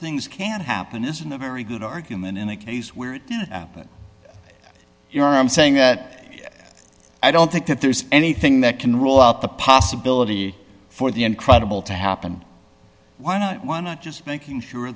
things can happen isn't a very good argument in a case where it didn't happen you're saying that i don't think that there is anything that can rule out the possibility for the incredible to happen why not why not just making sure